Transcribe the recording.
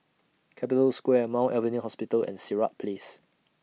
Capital Square Mount Alvernia Hospital and Sirat Place